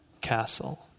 castle